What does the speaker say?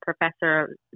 professor